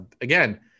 again